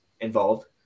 involved